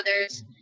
others